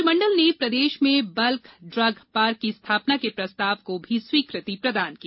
मंत्रि मंडल ने प्रदेश में बल्क ड्रग पार्क की स्थापना के प्रस्ताव को भी स्वीकृति प्रदान की